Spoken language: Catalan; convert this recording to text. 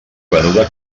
venuda